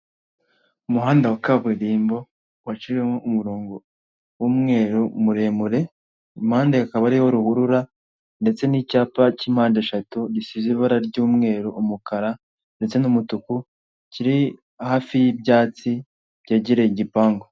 Umuhanda wa kaburimbo waciwemo umurongo w'umweruru muremure, impande hakaba hariho ruhurura ndetse n'icyapa k'impande eshatu gisize ibara ry'umweru, umukara ndetse n'umutuku kiri hafi y'ibyatsi byegereye igipangu.